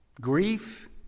Grief